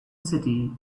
city